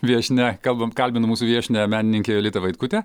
viešnia kalbam kalbinu mūsų viešnią menininkę jolitą vaitkutę